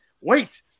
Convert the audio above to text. wait